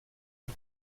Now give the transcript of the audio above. dem